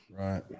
right